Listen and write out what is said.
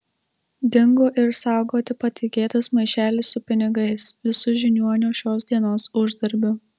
dingo ir saugoti patikėtas maišelis su pinigais visu žiniuonio šios dienos uždarbiu